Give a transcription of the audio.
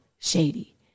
Shady